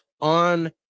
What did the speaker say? on